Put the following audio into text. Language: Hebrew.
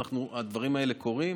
והדברים האלה קורים.